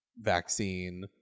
vaccine